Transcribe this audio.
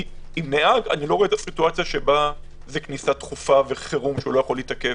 עם נהג אני לא רואה מצב שזה כניסה דחופה וחירום שלא יכול להתעכב